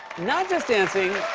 not just dancing